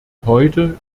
heute